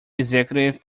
executive